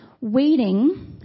Waiting